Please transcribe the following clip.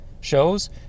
shows